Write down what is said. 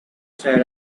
side